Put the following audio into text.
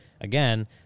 Again